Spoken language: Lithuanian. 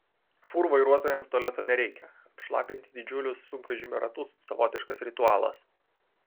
fūrų vairuotojams tualeto nereikia apšlapinti didžiulius sunkvežimio ratus savotiškas ritualas